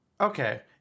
Okay